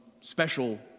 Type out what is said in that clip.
special